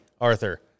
Arthur